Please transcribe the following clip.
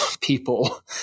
people